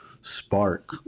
spark